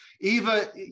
Eva